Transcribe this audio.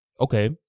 okay